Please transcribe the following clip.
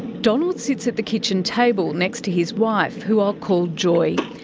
donald sits at the kitchen table next to his wife, who i'll call joy.